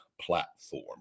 platform